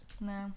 No